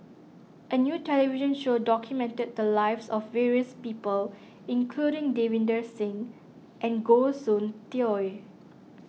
a new television show documented the lives of various people including Davinder Singh and Goh Soon Tioe